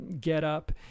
getup